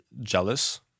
jealous